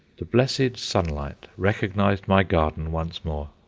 the blessed sunlight recognized my garden once more.